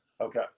Okay